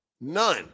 None